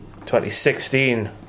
2016